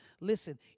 Listen